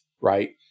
right